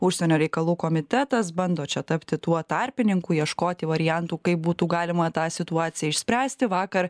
užsienio reikalų komitetas bando čia tapti tuo tarpininku ieškoti variantų kaip būtų galima tą situaciją išspręsti vakar